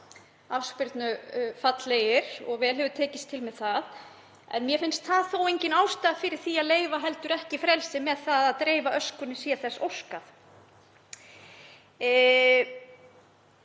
afspyrnufallegir, og vel hefur tekist til með það. En mér finnst það þó engin ástæða fyrir því að gefa ekki frelsi til að dreifa öskunni sé þess óskað.